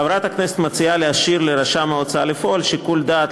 חברת הכנסת מציעה להשאיר לרשם ההוצאה לפועל שיקול דעת